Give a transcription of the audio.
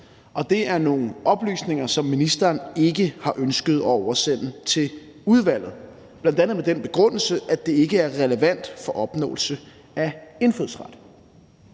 Det er nogle oplysninger, som ministeren ikke har ønsket at oversende til udvalget, bl.a. med den begrundelse, at det ikke er relevant for opnåelse af indfødsret.